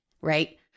right